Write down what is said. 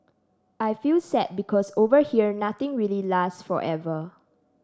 I feel sad because over here nothing really last forever